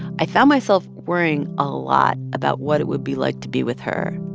i found myself worrying a lot about what it would be like to be with her.